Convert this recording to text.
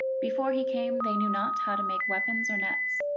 before he came they knew not how to make weapons or nets.